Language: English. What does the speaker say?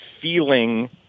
feeling